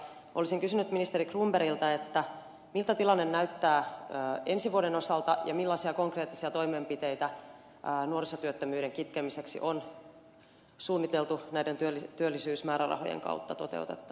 olisin kysynyt ministeri cronbergilta miltä tilanne näyttää ensi vuoden osalta ja millaisia konkreettisia toimenpiteitä nuorisotyöttömyyden kitkemiseksi on suunniteltu näiden työllisyysmäärärahojen kautta toteutettavaksi